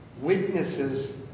witnesses